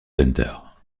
günther